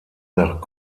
nach